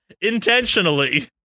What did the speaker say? intentionally